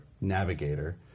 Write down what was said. navigator